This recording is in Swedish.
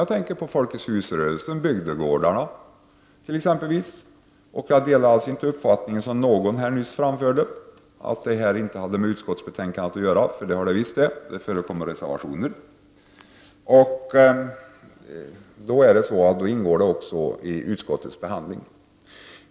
Jag tänker t.ex. på Folkets hus-rörelsen och Bygdegårdarnas riksförbund. Jag delar alltså inte den uppfattning som någon nyss framförde, nämligen att det här inte har med utskottsbetänkandet att göra. Det har det visst. Det förekommer reservationer i den frågan, och då ingår den också i utskottets behandling.